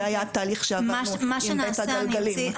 זה היה התהליך שעברנו עם בית הגלגלים.